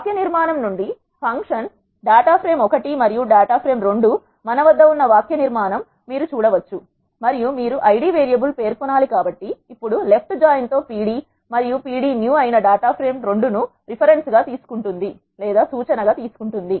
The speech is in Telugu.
వాక్య నిర్మాణం నుండి ఫంక్షన్ డాటాఫ్రేమ్ ఒకటి మరియు రెండు మన వద్ద ఉన్న వాక్య నిర్మాణం అని మీరు చూడవచ్చు మరియు మీరు ఐడి వేరియబుల్ పేర్కొనాలి కాబట్టి ఇప్పుడు లెఫ్ట్ జాయిన్ తో pd మరియు pd new అయినా డేటా ఫ్రేమ్ 2 ను సూచనగా తీసుకుంటుంది